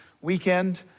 weekend